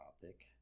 topic